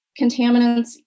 contaminants